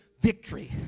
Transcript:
victory